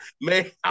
man